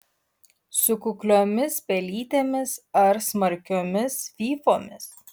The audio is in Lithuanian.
su kukliomis pelytėmis ar smarkiomis fyfomis